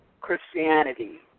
Christianity